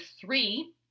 three